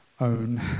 own